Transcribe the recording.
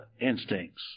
instincts